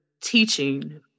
teaching